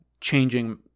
changing